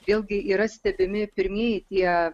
vėlgi yra stebimi pirmieji tie